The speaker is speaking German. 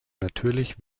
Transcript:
natürlich